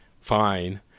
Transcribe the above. fine